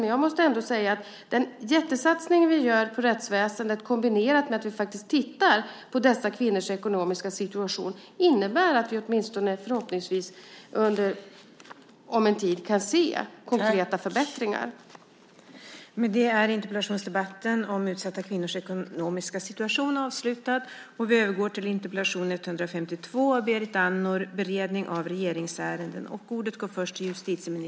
Men jag måste ändå säga att den jättesatsning vi gör på rättsväsendet kombinerat med att vi faktiskt tittar på dessa kvinnors ekonomiska situation innebär att vi förhoppningsvis kan se konkreta förbättringar om en tid.